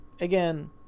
again